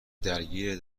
درگیر